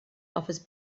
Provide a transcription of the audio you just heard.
offers